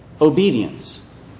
obedience